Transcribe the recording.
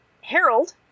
Harold